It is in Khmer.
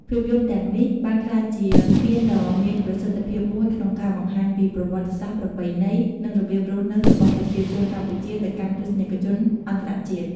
ភាពយន្តទាំងនេះបានក្លាយជាស្ពានដ៏មានប្រសិទ្ធភាពមួយក្នុងការបង្ហាញពីប្រវត្តិសាស្ត្រ ប្រពៃណី និងរបៀបរស់នៅរបស់ប្រជាជនកម្ពុជាទៅកាន់ទស្សនិកជនអន្តរជាតិ។